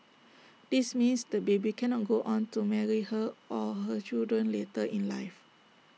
this means the baby cannot go on to marry her or her children later in life